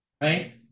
Right